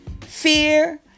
fear